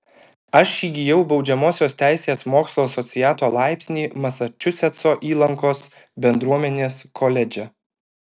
aš įgijau baudžiamosios teisės mokslų asociato laipsnį masačusetso įlankos bendruomenės koledže